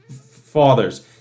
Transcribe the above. fathers